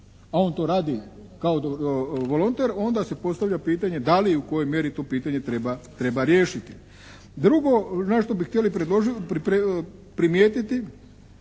a on to radi kao volonter, onda se postavlja pitanje da li u kojoj mjeri to pitanje treba riješiti. Drugo nešto bi htjeli primijetiti,